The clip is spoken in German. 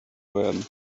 werden